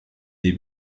des